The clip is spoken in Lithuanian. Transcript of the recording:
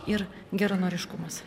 ir geranoriškumas